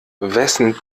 wessen